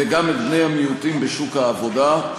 וגם את בני המיעוטים בשוק העבודה.